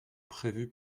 prévus